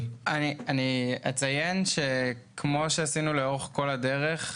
אציין שכמו שעשינו לאורך כל הדרך,